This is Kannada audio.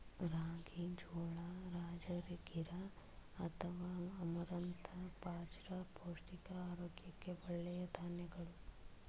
ರಾಗಿ, ಜೋಳ, ರಾಜಗಿರಾ ಅಥವಾ ಅಮರಂಥ ಬಾಜ್ರ ಪೌಷ್ಟಿಕ ಆರೋಗ್ಯಕ್ಕೆ ಒಳ್ಳೆಯ ಧಾನ್ಯಗಳು